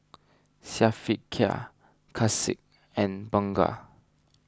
Syafiqah Kasih and Bunga